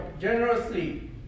generously